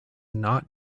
not